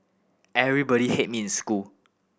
everybody hate me in school